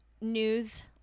news